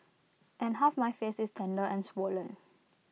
and half my face is tender and swollen